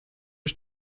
ich